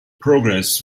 progress